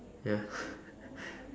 ya